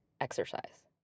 exercise